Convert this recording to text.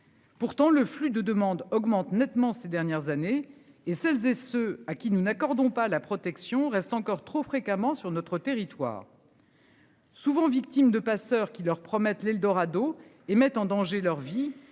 Pourtant le flux de demandes augmentent nettement ces dernières années et celles et ceux à qui nous n'accordons pas la protection reste encore trop fréquemment sur notre territoire. Souvent victimes de passeurs qui leur promettent l'eldorado et mettent en danger leur vie.